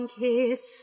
kiss